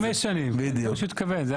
חמש שנים, זה מה שהוא התכוון.